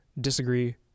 disagree